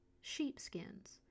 sheepskins